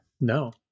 no